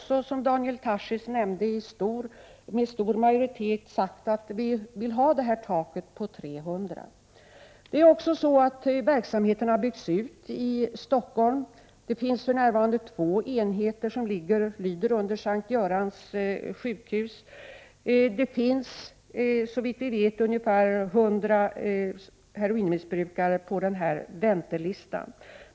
Som Daniel Tarschys nämnde har en stor majoritet av riksdagen sagt att man skall ha ett tak på 300 personer som får metadonbehandling. Verksamheten i Stockholm har dessutom byggts ut. Det finns för närvarande två enheter som lyder under S:t Görans sjukhus. Det finns, såvitt vi vet, ungefär 100 heroinmissbrukare på denna väntelista.